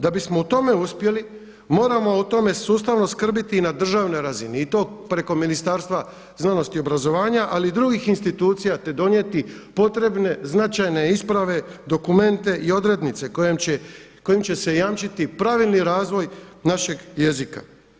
Da bismo u tome uspjeli, moramo o tome sustavno skrbiti i na državnoj razini i to preko Ministarstva znanosti i obrazovanja ali i drugih institucija te donijeti potrebne, značajne isprave, dokumente i odrednice kojim će se jamčiti pravilni razvoj našeg jezika.